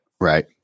right